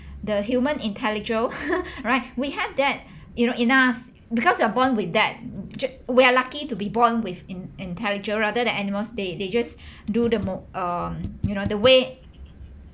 the human intelligible right we have that you know enough because you are born with that we're lucky to be born with in~ intelligible rather than animals they they just do the mo~ um you know the way